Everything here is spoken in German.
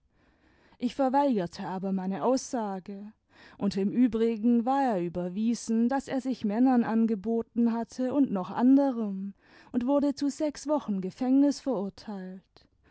ich verweigerte aber meine aussage und im übrigen war er überwiesen daß er sich männern angeboten hatte und noch anderem und wurde zu sechs wochen gefängnis verurteilt